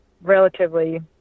relatively